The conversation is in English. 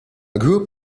group